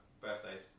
...birthdays